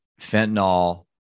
fentanyl